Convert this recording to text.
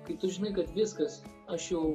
kai tu žinai kad viskas aš jau